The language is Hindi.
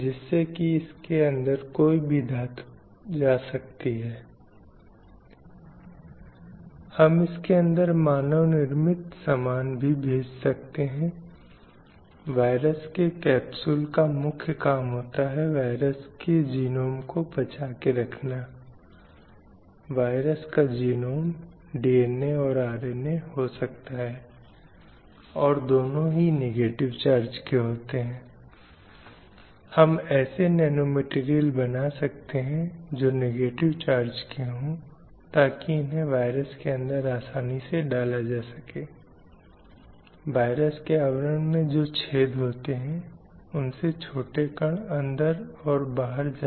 इसलिए इसका वास्तविकता से कोई लेना देना नहीं है या बहुत कम है कि जो अब शारीरिक रूप से एक पुरुष या महिला कर सकती है यह दोनों के लिए ठीक हो सकता है बशर्ते उनके पास बाइक की सवारी के लिए शारीरिक क्षमता हो आवश्यक कौशल हो